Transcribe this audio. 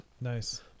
nice